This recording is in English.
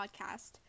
Podcast